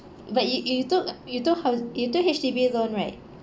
but you you took you took hou~ you took H_D_B loan right